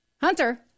Hunter